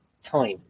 time